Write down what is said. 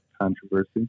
controversy